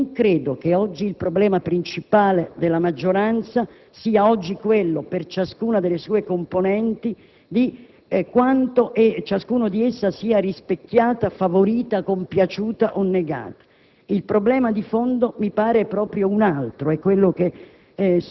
né credo che oggi il problema principale della maggioranza sia quello, per ciascuna delle sue componenti, di quanto essa sia rispecchiata, favorita, compiaciuta o negata. Il problema di fondo mi pare proprio un altro, quello che